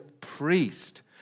priest